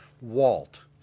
Walt